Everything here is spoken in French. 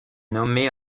nommée